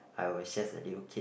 I was just a little kid